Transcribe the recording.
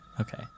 okay